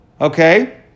Okay